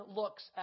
looks